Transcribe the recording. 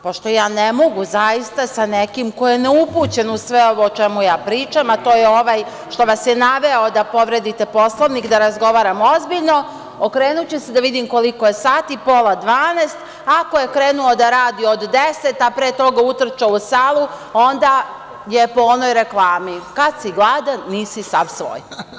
Pošto ja ne mogu zaista sa nekim ko je neupućen u sve o čemu ja pričam, a to je ovaj što vas je naveo da povredite Poslovnik, da razgovaramo ozbiljno, okrenuću se da vidim koliko je sati, pola dvanaest, ako je krenuo da radi od deset, a pre toga utrčao u salu, onda je po noj reklami – kad si gladan, nisi sav svoj.